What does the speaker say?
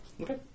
Okay